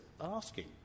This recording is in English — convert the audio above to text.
asking